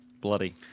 Bloody